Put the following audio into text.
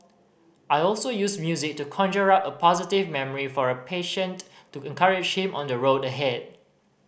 I also use music to conjure up a positive memory for a patient to encourage him on the road ahead